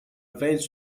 veins